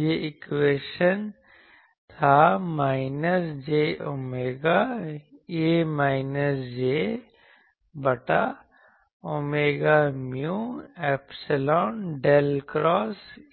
यह इक्वेशन था minus j omega A minus j बटा omega mu epsilon del cross A